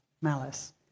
malice